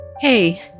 Hey